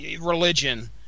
religion